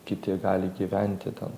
kiti gali gyventi ten